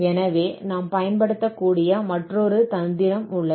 எனவே நாம் பயன்படுத்தக்கூடிய மற்றொரு தந்திரம் உள்ளது